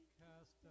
cast